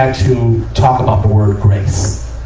ah talk about the word grace.